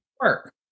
work